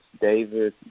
David